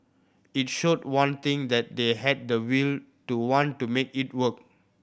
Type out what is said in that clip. it showed one thing that they had the will to want to make it work